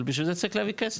אבל, בשביל זה צריך להביא כסף.